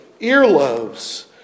earlobes